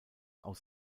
aus